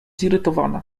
zirytowana